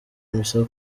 misa